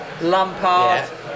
Lampard